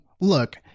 look